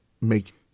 make